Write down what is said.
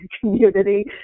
community